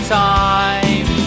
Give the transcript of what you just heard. time